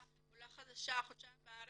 עולה חדשה שהייתה חדשה חודשיים בארץ,